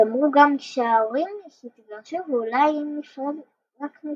ואמרו גם שההורים התגרשו ואולי רק נפרדו.